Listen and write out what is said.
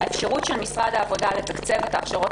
האפשרות של משרד העבודה לתקצב את ההכשרות